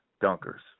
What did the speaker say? dunkers